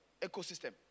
Ecosystem